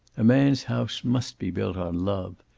a man's house must be built on love.